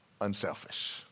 unselfish